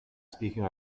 speaking